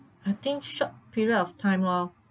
I think short period of time lor